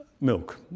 milk